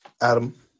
Adam